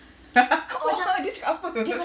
dia cakap apa